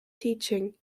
teaching